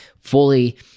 fully